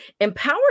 empower